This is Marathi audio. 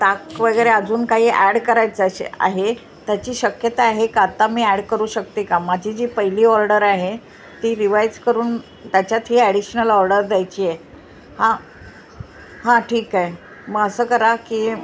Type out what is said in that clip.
ताक वगैरे अजून काही ॲड करायचं अशे आहे त्याची शक्यता आहे की आता मी ॲड करू शकते का माझी जी पहिली ऑर्डर आहे ती रिवाईज करून त्याच्यात ही ॲडिशनल ऑर्डर द्यायची हां हां ठीके म असं करा की